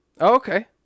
Okay